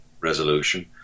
resolution